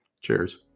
Cheers